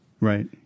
Right